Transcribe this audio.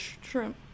shrimp